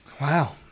Wow